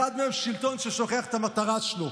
אחד מהם שלטון ששוכח את המטרה שלו,